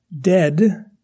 dead